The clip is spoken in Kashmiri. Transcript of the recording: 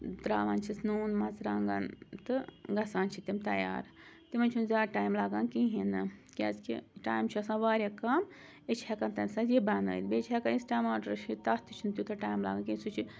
تراوان چھِس نوٗن مژٕرانٛگَن تہٕ گژھان چھِ تِم تَیار تِمَن چھُ نہٕ زیادٕ ٹایم لَگان کِہیٖنۍ نہٕ کیٛازِ کہِ ٹایم چھُ آسان واریاہ کَم أسۍ چھِ ہیکان تَمہِ ساتہٕ یہِ بَنٲیِتھ بیٚیہِ چھِ ہیکان أسۍ ٹَماٹر چھِ تَتھ تہِ چھُ نہٕ تیوٗتاہ ٹایم لاگان کینٛہہ سُہ چھُ